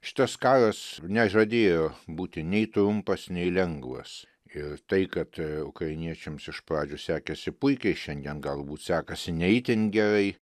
šitas karas nežadėjo būti nei trumpas nei lengvas ir tai kad ukrainiečiams iš pradžių sekėsi puikiai šiandien galbūt sekasi ne itin gerai